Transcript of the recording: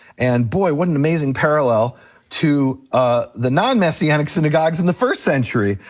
and boy, what an amazing parallel to ah the non-messianic synagogues in the first century,